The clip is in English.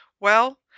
Well